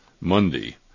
Monday